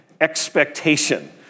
expectation